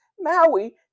Maui